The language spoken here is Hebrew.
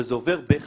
וזה עובר בחקיקה.